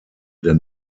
der